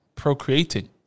procreating